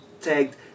tagged